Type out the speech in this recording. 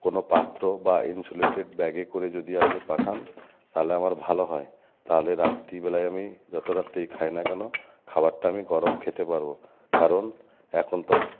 কোনো পাত্র বা ইনসুলেটেড ব্যাগে করে যদি আপনি পাঠান তাহলে আমার ভালো হয় তাহলে রাত্রিবেলায় আমি যত রাত্রেই খাই না কেন খাবারটা আমি গরম খেতে পারব কারণ এখন তো হা